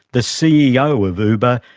the ceo of uber,